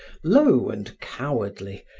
low and cowardly,